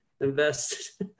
invest